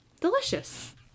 Delicious